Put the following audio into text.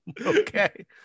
okay